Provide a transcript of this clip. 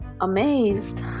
amazed